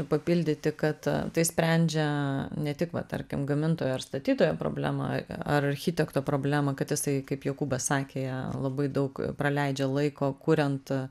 papildyti kad tai sprendžia ne tik va tarkim gamintojo ar statytojo problemą ar architekto problemą kad jisai kaip jokūbas sakė ją labai daug praleidžia laiko kuriant